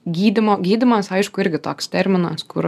gydymo gydymas aišku irgi toks terminas kur